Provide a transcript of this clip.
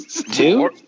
Two